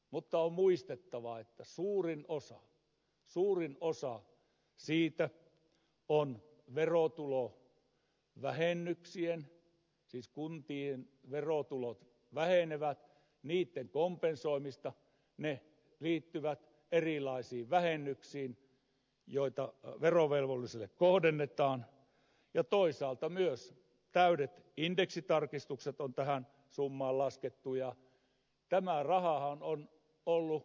mutta on muistettava että suurin osa siitä on verotulovähennyksien siis kuntien verotulot vähenevät kompensoimista ne liittyvät erilaisiin vähennyksiin joita verovelvollisille kohdennetaan ja toisaalta myös täydet indeksitarkistukset on tähän summaan laskettu ja tämä rahahan on ollut valtiolla lainassa